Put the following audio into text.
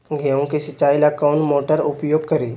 गेंहू के सिंचाई ला कौन मोटर उपयोग करी?